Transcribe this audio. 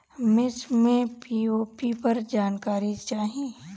मिर्च मे पी.ओ.पी पर जानकारी चाही?